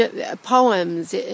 poems